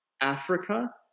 Africa